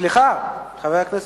קריאה ראשונה.